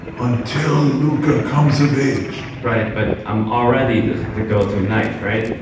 until luka comes of age. right. but i'm already the the go-to knight, right?